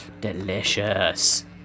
Delicious